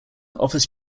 offers